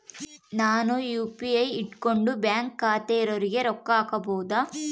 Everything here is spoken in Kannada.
ನಾನು ಯು.ಪಿ.ಐ ಇಟ್ಕೊಂಡು ಬ್ಯಾಂಕ್ ಖಾತೆ ಇರೊರಿಗೆ ರೊಕ್ಕ ಹಾಕಬಹುದಾ?